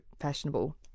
fashionable